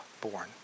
born